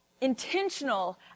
intentional